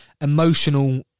emotional